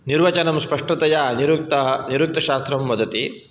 निर्वचनं स्पष्टतया निरुक्ताः निरुक्तशास्त्रं वदति